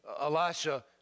Elisha